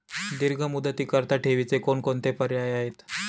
दीर्घ मुदतीकरीता ठेवीचे कोणकोणते पर्याय आहेत?